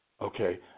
okay